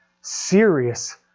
serious